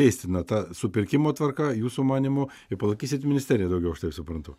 keistina ta supirkimo tvarka jūsų manymu tai palaikysit ministeriją daugiau aš taip suprantu